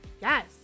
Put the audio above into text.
Yes